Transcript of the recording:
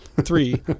three